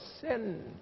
sin